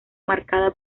marcada